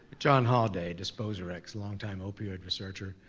john holaday, disposerx, long-time opioid researcher.